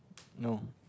no